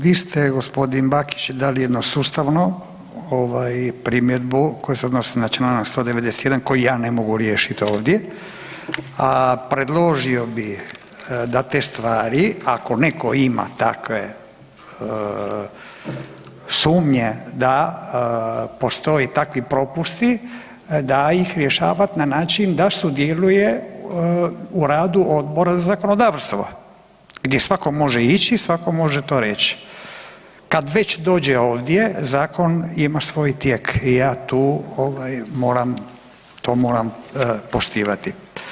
Vi ste gospodin Bakić dali jedno sustavno ovaj primjedbu koja se odnosi na čl.191 koji ja ne mogu riješit ovdje a predložio da te stvari ako neko ima takve sumnje da postoje takvi propusti da ih rješava na način da sudjeluje na radu Odbora za zakonodavstvo gdje svako može ići i svako može to reći, kad već dođe ovdje Zakon ima svoj tijek i ja tu ovaj moram to moram poštivati.